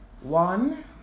One